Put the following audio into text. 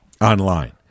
online